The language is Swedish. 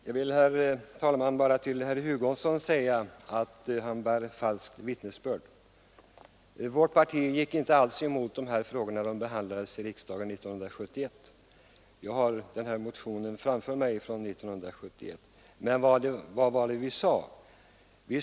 Herr talman! Jag vill till herr Hugosson säga att han bär falskt vittnesbörd. Vårt parti gick inte emot dessa frågor, då de behandlades i riksdagen 1971. Jag har vår motion från 1971 framför mig. Vad sade vi?